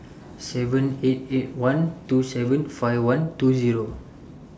seven eight eight one two seven five one two Zero